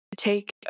take